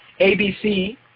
ABC